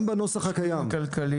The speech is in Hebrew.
גם בנוסח הקיים.